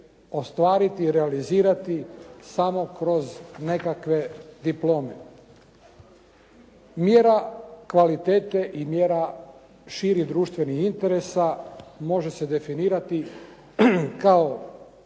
ostvariti i realizirati samo kroz nekakve diplome. Mjera kvaliteta i mjera širih društvenih interesa može se definirati kao